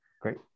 Great